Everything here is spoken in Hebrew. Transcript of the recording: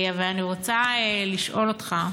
אבל אני רוצה לשאול אותך: